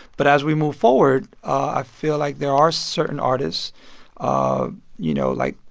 but as we move forward, i feel like there are certain artists ah you know, like,